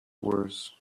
worse